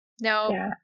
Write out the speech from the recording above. no